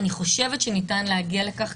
אני חושבת שניתן להגיע לכך,